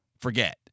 forget